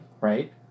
Right